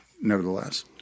nevertheless